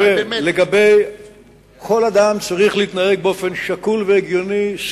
כל אדם צריך להתנהג באופן שקול והגיוני.